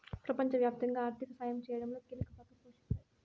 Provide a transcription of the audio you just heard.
ప్రపంచవ్యాప్తంగా ఆర్థిక సాయం చేయడంలో కీలక పాత్ర పోషిస్తాయి